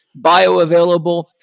bioavailable